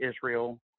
Israel